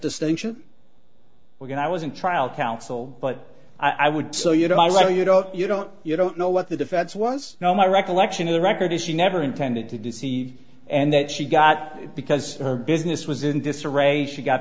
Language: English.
distinction we're going i wasn't trial counsel but i would so you know i know you don't you don't you don't know what the defense was no my recollection of the record is she never intended to deceive and that she got it because her business was in disarray she got